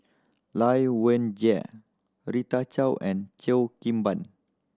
Lai Weijie Rita Chao and Cheo Kim Ban